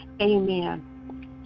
Amen